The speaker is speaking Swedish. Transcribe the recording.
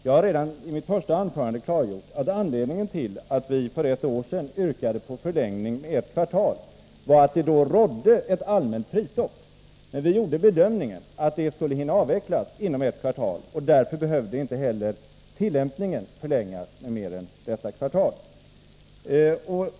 Jag har redan i mitt första anförande klargjort att anledningen till att vi moderater för ett år sedan yrkade på förlängning med ett kvartal var att det då rådde ett allmänt prisstopp. Vi gjorde bedömningen att det skulle hinna avvecklas inom ett kvartal, och därför behövde inte heller tillämpningen förlängas med mer än detta kvartal.